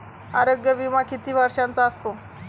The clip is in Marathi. आरोग्य विमा किती वर्षांचा असतो?